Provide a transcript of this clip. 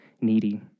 needy